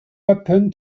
happen